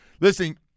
Listen